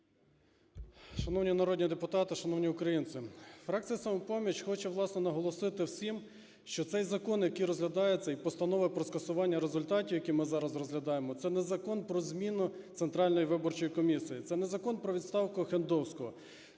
Шановні народні депутати, шановні українці! Фракція "Самопоміч" хоче, власне, наголосити всім, що цей закон, який розглядається, і постанова про скасування результатів, які ми зараз розглядаємо, це не закон про зміну Центральної виборчої комісії, це не закон про відставку Охендовського.